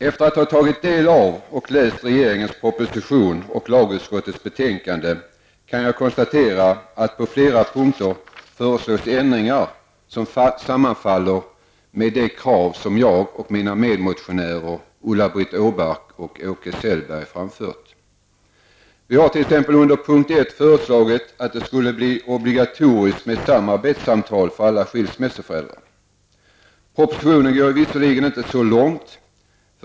Efter att ha tagit del av och läst regeringens proposition och lagutskottets betänkande kan jag konstatera att det på flera punkter föreslås ändringar som sammanfaller med de krav som jag och mina medmotionärer, Ulla Vi har under punkt 1 i motionen föreslagit, att det skulle bli obligatoriskt med samarbetssamtal för alla skilsmässoföräldrar. Propositionen går inte så långt.